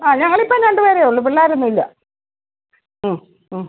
ആ ഞങ്ങളിപ്പം രണ്ട് പേരേ ഉള്ളൂ പിള്ളേരൊന്നും ഇല്ല മ്മ് മ്മ്